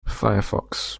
firefox